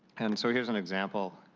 and so here is an example.